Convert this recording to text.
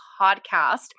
podcast